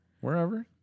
Wherever